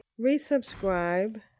resubscribe